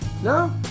No